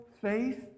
faith